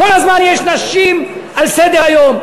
כל הזמן יש נשים על סדר-היום,